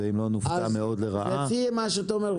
ואם לא נופתע מאוד לרעה --- אז לפי מה שאתה אומר,